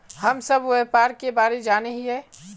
हम सब व्यापार के बारे जाने हिये?